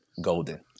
golden